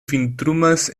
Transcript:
vintrumas